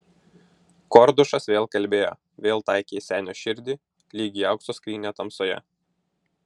kordušas vėl kalbėjo vėl taikė į senio širdį lyg į aukso skrynią tamsoje